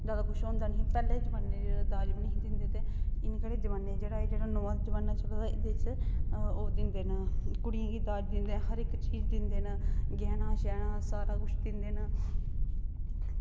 ज्यादा कुछ होंदा निं ही पैह्ले जमान्नै जेह्ड़ा दाज़ बी निं हे दिंदे ते इनकड़े जमान्ने च एह् जेह्ड़ा नमां जमान्ना चला दा एह्दे च ओह् दिंदे न कुड़ियें गी दाज दिंदे न हर इक चीज़ दिंदे न गैह्ना शैह्ना सारा कुछ दिंदे न